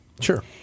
Sure